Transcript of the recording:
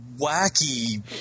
wacky